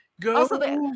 Go